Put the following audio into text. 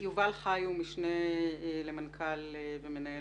יובל חיו, משנה למנכ"ל ומנהל